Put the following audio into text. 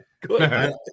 Good